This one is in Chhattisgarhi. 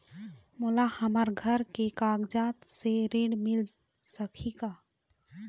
मोला हमर घर के कागजात से ऋण मिल सकही का?